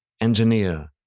engineer